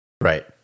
Right